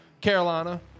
Carolina